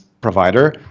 provider